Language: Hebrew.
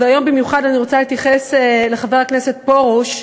והיום במיוחד אני רוצה להתייחס לחבר הכנסת פרוש: